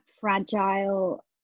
fragile